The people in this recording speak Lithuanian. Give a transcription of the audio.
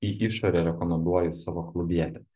į išorę rekomenduoju savo klubietį